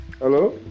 Hello